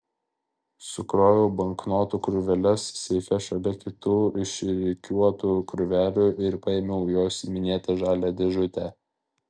sukroviau banknotų krūveles seife šalia kitų išrikiuotų krūvelių ir paėmiau jos minėtą žalią dėžutę